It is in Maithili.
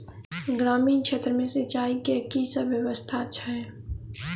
ग्रामीण क्षेत्र मे सिंचाई केँ की सब व्यवस्था छै?